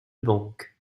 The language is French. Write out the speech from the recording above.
banque